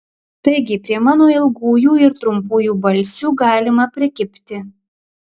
taigi prie mano ilgųjų ir trumpųjų balsių galima prikibti